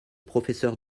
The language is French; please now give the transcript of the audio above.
professeur